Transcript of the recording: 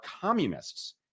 communists